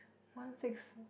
one six